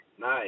Nice